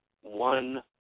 one